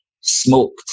smoked